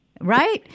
Right